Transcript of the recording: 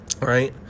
right